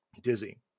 Dizzy